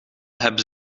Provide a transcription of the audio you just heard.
hebben